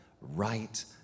right